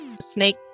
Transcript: Snake